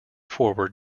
forward